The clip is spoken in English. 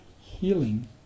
healing